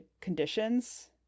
conditions